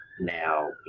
now